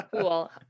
cool